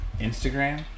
Instagram